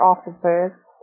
officers